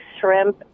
shrimp